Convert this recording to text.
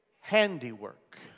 handiwork